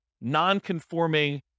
non-conforming